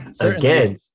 again